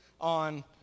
on